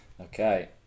Okay